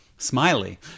Smiley